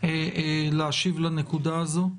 להשיב לנקודה הזו.